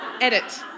Edit